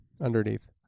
underneath